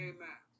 Amen